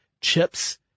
chips